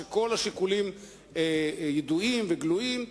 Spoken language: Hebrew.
שכל השיקולים ידועים וגלויים לו.